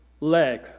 leg